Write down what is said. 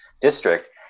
district